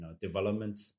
development